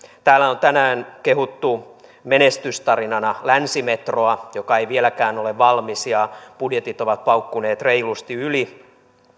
täällä on tänään kehuttu menestystarinana länsimetroa joka ei vieläkään ole valmis ja jonka budjetit ovat paukkuneet reilusti yli